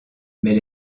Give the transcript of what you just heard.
mais